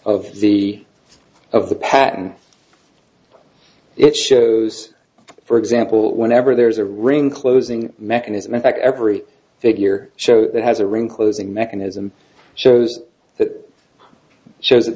of the of the patent it shows for example whenever there's a ring closing mechanism and every figure show that has a room closing mechanism shows that shows that